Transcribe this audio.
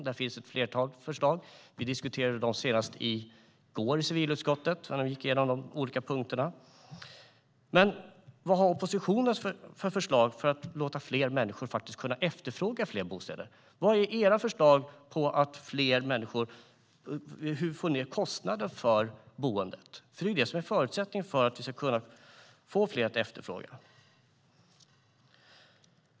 Där finns ett flertal förslag. Vi diskuterade dem senast i går i civilutskottet då vi gick igenom de olika punkterna. Vad har då oppositionen för förslag för att fler människor ska kunna efterfråga bostäder och för att få ned kostnaderna för boende, vilket är en förutsättning för att få fler att efterfråga?